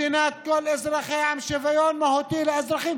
מדינת כל אזרחיה עם שוויון מהותי לאזרחים,